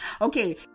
okay